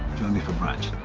join me for brunch.